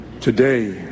Today